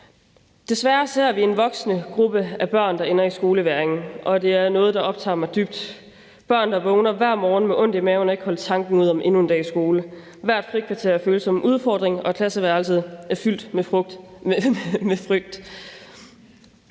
Desværre ser vi en voksende gruppe af børn, der ender i skolevægring, og det er noget, der optager mig dybt. Børn, der vågner hver morgen med ondt i maven og ikke kan holde tanken ud om endnu en dag i skole. Hvert frikvarter føles som en udfordring, og klasseværelset er fyldt med frygt.